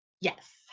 Yes